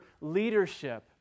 leadership